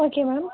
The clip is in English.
okay ma'am